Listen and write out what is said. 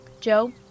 Joe